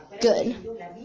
Good